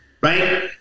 right